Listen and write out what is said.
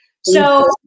So-